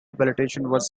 battalions